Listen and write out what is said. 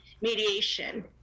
mediation